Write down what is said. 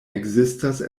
ekzistas